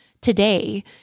today